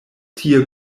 tie